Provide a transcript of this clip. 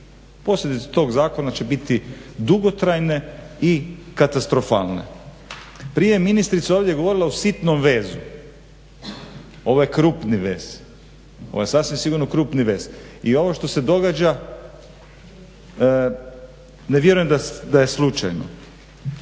Posljedice tog zakona će biti dugotrajne i katastrofalne. Prije je ministrica govorila ovdje o sitnom vezu. Ovo je krupni vez, ovo je sasvim sigurno krupni vez. I ovo što se događa ne vjerujem da je slučajno.